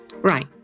right